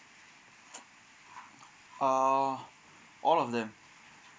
err all of them